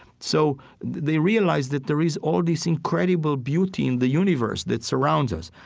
so they realize that there is all this incredible beauty in the universe that surrounds us.